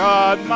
God